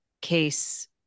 case